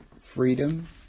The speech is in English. freedom